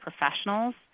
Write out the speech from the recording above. professionals